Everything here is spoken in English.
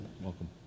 Welcome